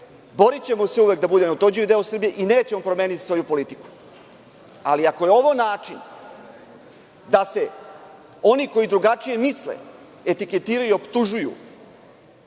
Borićemo se uvek da bude neotuđivi deo Srbije i nećemo promeniti svoju politiku, ali ako je ovo način da se oni koji drugačije misle etiketiraju i optužuju